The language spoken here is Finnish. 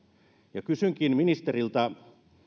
kysynkin ministeriltä